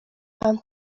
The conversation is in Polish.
pan